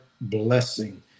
blessing